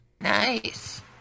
Nice